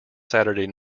saturday